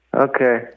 Okay